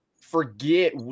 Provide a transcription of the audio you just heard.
forget